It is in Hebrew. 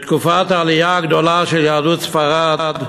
בתקופת העלייה הגדולה של יהדות ספרד,